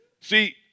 See